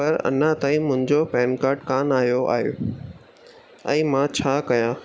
पर अञा ताईं मुंहिंजो पैन काड कोन आहियो आहे ऐं मां छा कयां